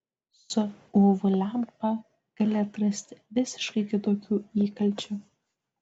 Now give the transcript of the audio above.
su uv lempa gali atrasti visiškai kitokių įkalčių